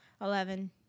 eleven